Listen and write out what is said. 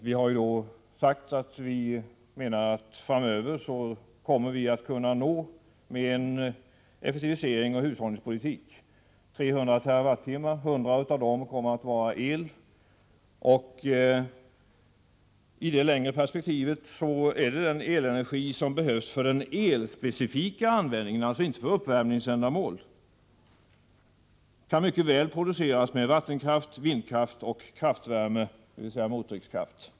Centerpartiet menar att vi framöver, med en effektiviseringsoch hushållningspolitik, kommer att kunna nå en förbrukning av 300 TWh, varav 100 kommer att vara el. I det längre perspektivet kan den elenergi som behövs för den elspecifika användningen — alltså inte för uppvärmningsändamål — mycket väl produceras med vattenkraft, vindkraft och kraftvärme, dvs. mottryckskraft.